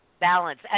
balance